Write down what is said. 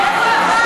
נא לשבת.